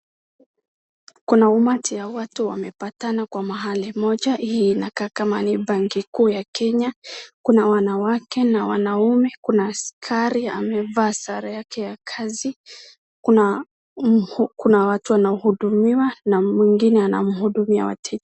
Kuna umati ya watu wamepatana kwa mahali moja hii inakaa kama ni bank kuu ya Kenya kuna wanawake na wanaume, kuna askari amevaa sare yake ya kazi ,kuna watu wanahudumiwa na mwingine anamhudumia wateja.